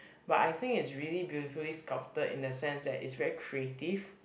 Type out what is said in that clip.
but I think is really beautifully sculpted in the sense that is very creative